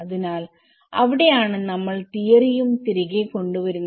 അതിനാൽ അവിടെയാണ് നമ്മൾ തിയറിയും തിരികെ കൊണ്ടുവരുന്നത്